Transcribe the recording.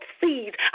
seeds